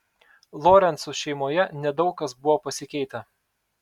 lorencų šeimoje nedaug kas buvo pasikeitę